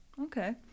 Okay